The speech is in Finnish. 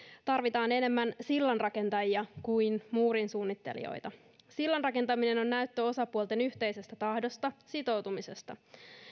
tarvitaan enemmän sillanrakentajia kuin muurin suunnittelijoita sillan rakentaminen on näyttö osapuolten yhteisestä tahdosta sitoutumisesta